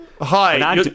Hi